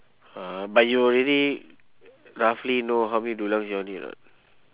uh but you already roughly know how many dulang you all need or not